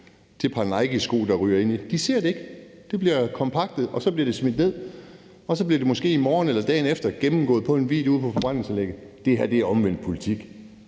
det par Nikesko, der ryger ind. De ser det ikke. Det bliver kompakteret, og så bliver det smidt ned. Så bliver det måske i morgen eller dagen efter gennemgået på en video ude på forbrændingsanlægget. Det her er omvendt politik,